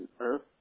earth